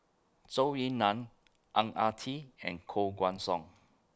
Zhou Ying NAN Ang Ah Tee and Koh Guan Song